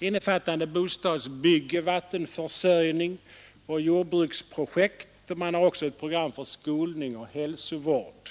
innefattande bostadsbyggande, vattenförsörjning och jordbruksprojekt. Man har också ett program för skolning och hälsovård.